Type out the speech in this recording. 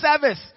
service